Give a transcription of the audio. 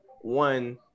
one